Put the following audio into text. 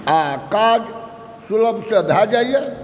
आओर काज सुलभसँ भऽ जाइए